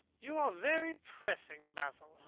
you are very pressing, basil,